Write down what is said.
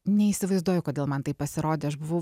neįsivaizduoju kodėl man taip pasirodė aš buvau